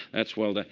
that's well done.